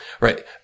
Right